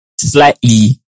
slightly